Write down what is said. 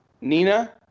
Nina